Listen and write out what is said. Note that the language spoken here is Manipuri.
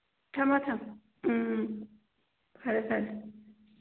ꯊꯝꯃꯣ ꯊꯝꯃꯣ ꯎꯝ ꯐꯔꯦ ꯐꯔꯦ